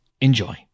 Enjoy